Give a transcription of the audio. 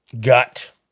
Gut